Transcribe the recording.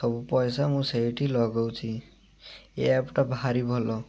ସବୁ ପଇସା ମୁଁ ସେଇଠି ଲଗାଉଛି ଏ ଆପ୍ଟା ଭାରି ଭଲ